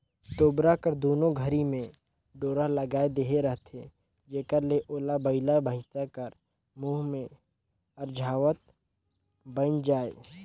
तोबरा कर दुनो घरी मे डोरा लगाए देहे रहथे जेकर ले ओला बइला भइसा कर मुंह मे अरझावत बइन जाए